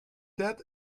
that